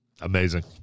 Amazing